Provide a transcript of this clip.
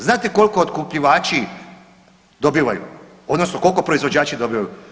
Znate koliko otkupljivači dobivaju odnosno koliko proizvođači dobivaju?